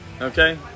okay